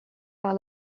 par